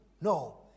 No